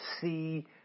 see